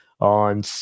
on